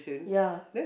ya